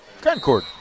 Concord